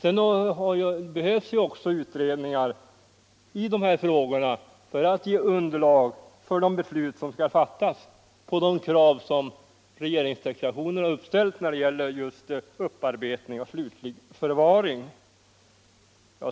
Det behövs ju utredningar i de här frågorna för att ge underlag för de beslut som skall fattas med anledning av de krav som regeringsdeklarationen uppställt för upparbetning och slutlig förvaring.